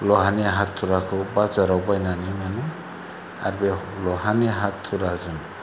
ल'हानि हाथुराखौ बाजाराव बायनानै मोनो आरो बे ल'हानि हाथुराजों